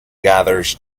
gathers